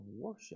worship